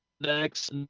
next